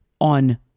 On